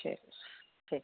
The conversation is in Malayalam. ശരി ശരി